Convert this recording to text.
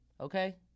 okay